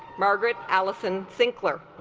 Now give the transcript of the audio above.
margaret alison sinkler